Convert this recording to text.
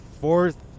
Fourth